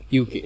UK